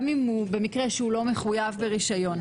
גם במקרה שהוא לא מחויב ברישיון.